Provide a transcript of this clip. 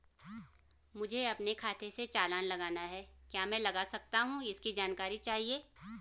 मुझे अपने खाते से चालान लगाना है क्या मैं लगा सकता हूँ इसकी जानकारी चाहिए?